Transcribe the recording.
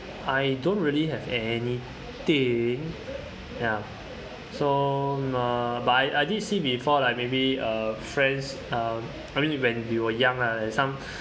I don't really have anything ya so uh but I I did see before lah maybe uh friends um I mean when we were young lah like some